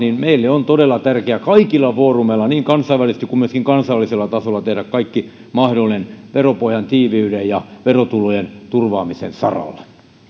maille on todella tärkeää kaikilla foorumeilla niin kansainvälisesti kuin myöskin kansallisella tasolla tehdä kaikki mahdollinen veropohjan tiiviyden ja verotulojen turvaamisen saralla